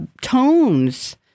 tones